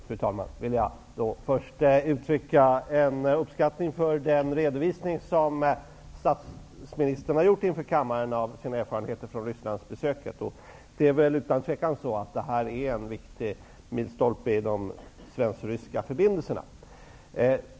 Fru talman! Jag vill först uttrycka en uppskattning av den redovisning som statsministern har gjort inför kammaren av sina erfarenheter från Rysslandsbesöket. Det är utan tvivel en viktig milstolpe i de svensk-ryska förbindelserna.